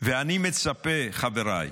אני מצפה, חבריי,